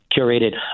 curated